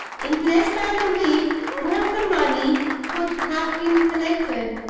in less than a week more the money could have been collected,